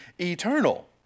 eternal